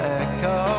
echo